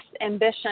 ambition